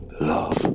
love